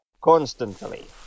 constantly